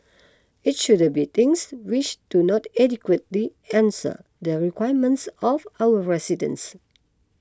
it shouldn't be things which do not adequately answer the requirements of our residents